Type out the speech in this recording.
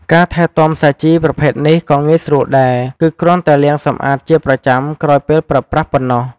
ការថែទាំសាជីប្រភេទនេះក៏ងាយស្រួលដែរ គឺគ្រាន់តែលាងសម្អាតជាប្រចាំក្រោយពេលប្រើប្រាស់ប៉ុណ្ណោះ។